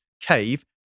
cave